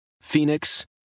Phoenix